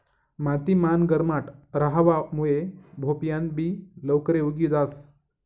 माती मान गरमाट रहावा मुये भोपयान बि लवकरे उगी जास